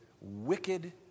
wicked